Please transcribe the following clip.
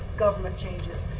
government changes.